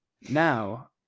Now